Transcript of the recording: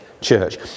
church